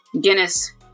Guinness